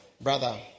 brother